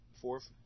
Fourth